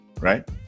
right